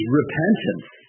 repentance